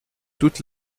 toute